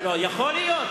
יכול להיות.